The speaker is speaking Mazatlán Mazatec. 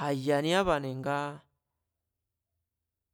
ja̱ yaniába̱ne̱ ngaa